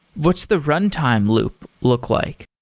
what's the runtime loop look like?